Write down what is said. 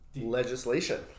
legislation